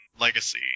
Legacy